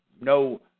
No